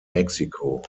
mexico